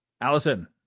allison